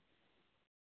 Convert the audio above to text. संतानबे